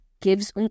gives